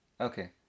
okay